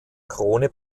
krone